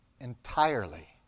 entirely